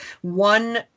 one